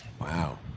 Wow